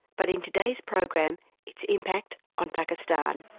but in today's program its impact on pakistan.